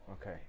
Okay